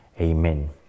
Amen